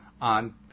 on